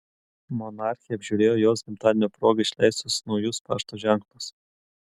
monarchė apžiūrėjo jos gimtadienio proga išleistus naujus pašto ženklus